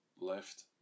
left